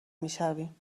میشویم